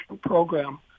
program